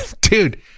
dude